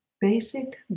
basic